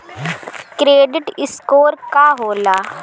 Credit score का होला?